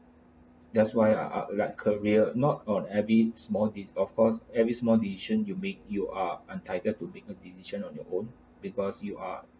that's why ah ah like career not on every small des~ of course every small decision you make you are entitled to make a decision on your own because you are